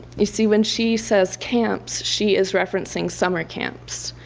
you see when she says camps she is referencing summer camps,